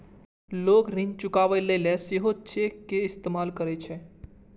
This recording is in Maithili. लोग ऋण चुकाबै लेल सेहो चेक के इस्तेमाल करै छै